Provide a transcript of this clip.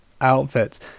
outfits